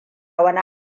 wani